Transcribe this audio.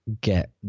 get –